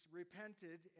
repented